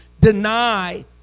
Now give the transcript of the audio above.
deny